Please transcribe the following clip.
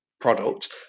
product